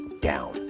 down